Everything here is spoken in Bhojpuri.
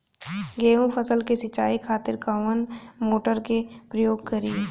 गेहूं फसल के सिंचाई खातिर कवना मोटर के प्रयोग करी?